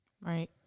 Right